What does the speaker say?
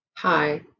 Hi